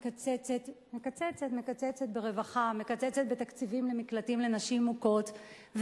מקצצת בתקציבים למקלטים לנשים מוכות.